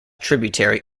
tributary